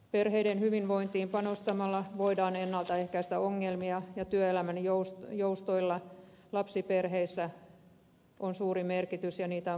perheiden hyvinvointiin panostamalla voidaan ennaltaehkäistä ongelmia ja työelämän joustoilla lapsiperheissä on suuri merkitys ja niitä on kehitettävä